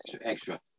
extra